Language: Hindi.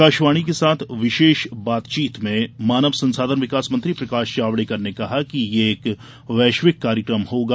आकाशवाणी के साथ विशेष बातचीत में मानव संसाधन विकास मंत्री प्रकाश जावड़ेकर ने कहा कि ये एक वैश्विक कार्यक्रम होगा